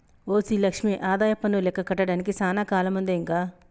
OC Lakshmi ఆదాయపన్ను లెక్క కట్టడానికి సానా కాలముందే ఇంక